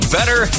Better